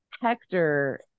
Hector